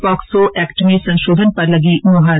POCSO act में संशोधन पर लगी मुहर